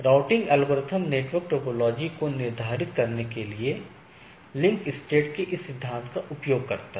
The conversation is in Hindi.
राउटिंग एल्गोरिदम नेटवर्क टोपोलॉजी को निर्धारित करने के लिए लिंक स्टेट के इस सिद्धांत का उपयोग करता है